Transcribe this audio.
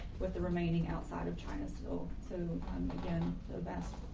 with the remaining outside of china's too. so um again, the vast,